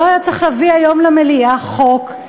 לא היה צריך להביא למליאה היום חוק,